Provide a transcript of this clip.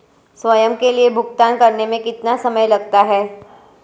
स्वयं के लिए भुगतान करने में कितना समय लगता है?